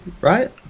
right